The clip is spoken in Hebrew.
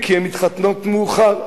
כי הן מתחתנות מאוחר.